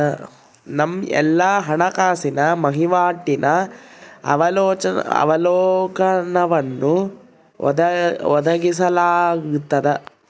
ನಮ್ಮ ಎಲ್ಲಾ ಹಣಕಾಸಿನ ವಹಿವಾಟಿನ ಅವಲೋಕನವನ್ನು ಒದಗಿಸಲಾಗ್ತದ